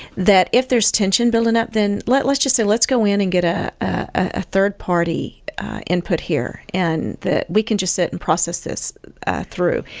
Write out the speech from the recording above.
that if there's tension building up, then let's just say, let's go in and get a ah third party input here, and that we can just sit and process ah through.